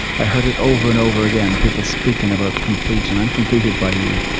i heard it over and over again, people speaking about complete and i'm completed by you.